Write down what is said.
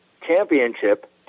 championship